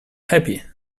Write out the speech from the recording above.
happy